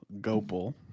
Gopal